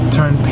Turn